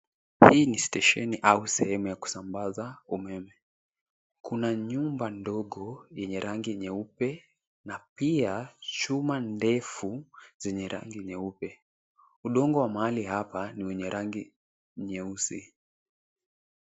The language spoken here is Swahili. Hii ni stesheni ama sehemu ya kusambaza umeme, kuna nyumba ndogo yenye rangi nyeupe na pia chuma ndefu zenye rangi nyeupe. Udongo wa mahali hapa ni wenye rangi nyeusi